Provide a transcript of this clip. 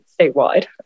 statewide